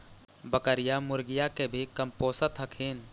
बकरीया, मुर्गीया के भी कमपोसत हखिन?